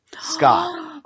Scott